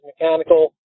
mechanical